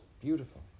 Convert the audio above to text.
beautiful